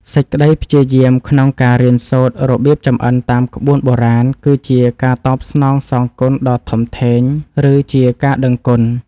សេចក្តីព្យាយាមក្នុងការរៀនសូត្ររបៀបចម្អិនតាមក្បួនបុរាណ គឺជាការតបស្នងសងគុណដ៏ធំធេង ឬជាការដឹងគុណ។